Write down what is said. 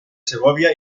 segovia